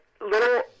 little